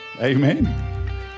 Amen